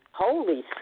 Holy